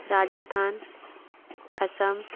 Rajasthan Assam